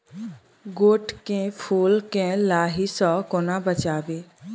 गोट केँ फुल केँ लाही सऽ कोना बचाबी?